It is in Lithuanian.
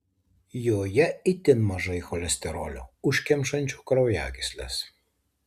joje itin mažai cholesterolio užkemšančio kraujagysles